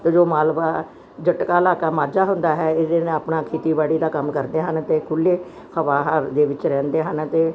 ਜੋ ਮਾਲਵਾ ਜੱਟ ਕਾਲਾ ਕਾ ਮਾਝਾ ਹੁੰਦਾ ਹੈ ਜਇਹਦੇ ਨਾਲ ਆਪਣਾ ਖੇਤੀਬਾੜੀ ਦਾ ਕੰਮ ਕਰਦੇ ਹਨ ਤੇ ਖੁੱਲੇ ਹਵਾ ਹਾਰ ਦੇ ਵਿੱਚ ਰਹਿੰਦੇ ਹਨ ਅਤੇ